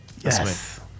Yes